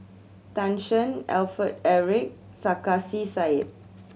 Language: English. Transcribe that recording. Tan Shen Alfred Eric Sarkasi Said